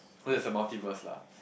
there's a multiverse lah